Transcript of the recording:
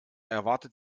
erwartet